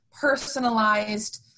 personalized